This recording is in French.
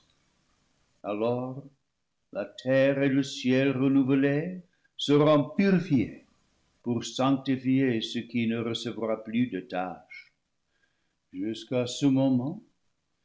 alors la terre et le ciel renouvelés seront purifiés pour sanctifier ce qui ne rece vra plus de tache jusqu'à ce moment